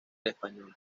español